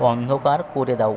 অন্ধকার করে দাও